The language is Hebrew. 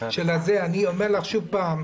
אני אומר לך שוב פעם,